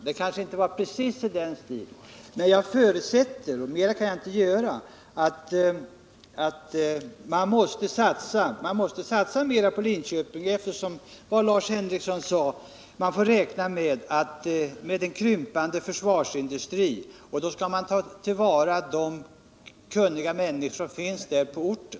Det kanske inte var precis så, men jag förutsätter — mera kan jag inte göra — att man måste satsa hårdare på Linköping, eftersom, som Lars Henrikson sade, man måste räkna med en krympande försvarsindustri. Då måste man ta vara på de kunniga människor som finns på orten.